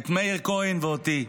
את מאיר כהן ואותי,